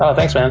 ah thanks, yeah